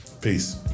Peace